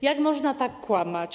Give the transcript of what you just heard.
Jak można tak kłamać?